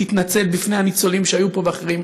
תתנצל בפני הניצולים שהיו פה ואחרים,